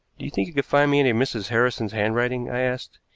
you think you could find me any of mrs. harrison's handwriting? i asked.